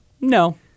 No